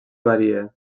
varia